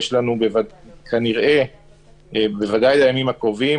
יש לנו מקום בוודאי לכל הימים הקרובים,